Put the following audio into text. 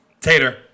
Tater